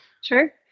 Sure